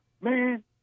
man